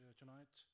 tonight